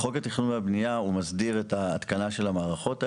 חוק התכנון והבנייה מסדיר את ההתקנה של המערכות האלה.